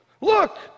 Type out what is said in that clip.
Look